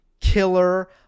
killer